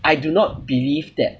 I do not believe that